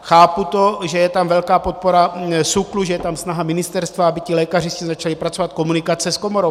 Chápu to, že je tam velká podpora SÚKLu, že je tam snaha ministerstva, aby lékaři s tím začali pracovat, komunikace s komorou.